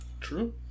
True